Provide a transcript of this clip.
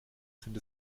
sind